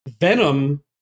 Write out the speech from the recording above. Venom